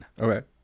Okay